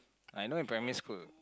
I know in primary school